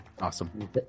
Awesome